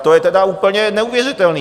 To je tedy úplně neuvěřitelné.